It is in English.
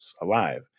alive